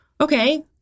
okay